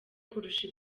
kurusha